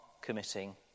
committing